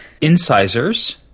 Incisors